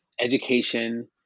education